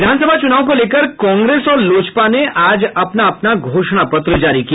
विधानसभा चूनाव को लेकर कांग्रेस और लोजपा ने आज अपना अपना घोषणा पत्र जारी किया